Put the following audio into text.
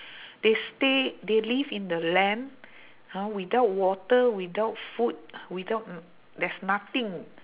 they stay they live in the land ha without water without food without there's nothing